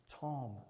Tom